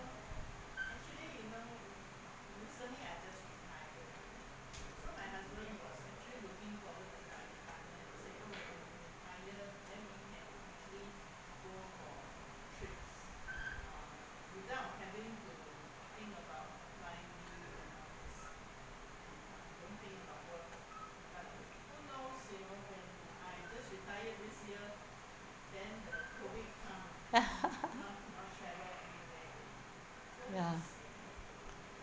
ya